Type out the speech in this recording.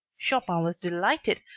chopin was delighted,